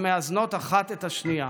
המאזנות אחת את השנייה.